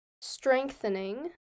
strengthening